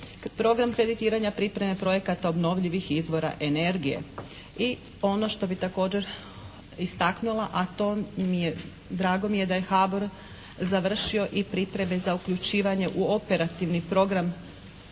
program kreditiranja pripreme projekata obnovljivih izvora energije. I ono što bi također istaknula a to mi je, drago mi je da je HBOR završio i pripreme za uključivanje u operativni program za razvoj